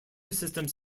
systems